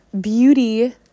Beauty